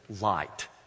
light